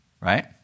right